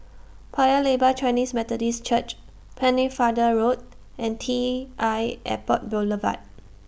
Paya Lebar Chinese Methodist Church Pennefather Road and T I Airport Boulevard